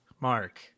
Mark